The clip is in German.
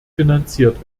finanziert